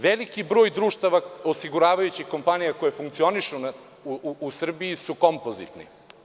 Veliki broj društava osiguravajućih kompanije koje funkcionišu u Srbiji su kompozitni.